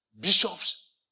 Bishops